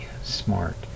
smart